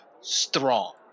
strong